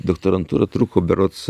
doktorantūra truko berods